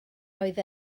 oedd